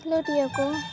ᱠᱷᱤᱞᱟᱹᱰᱤᱭᱟᱹ ᱠᱚ